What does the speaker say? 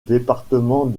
département